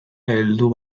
heldu